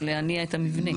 להניע את המבנה.